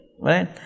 right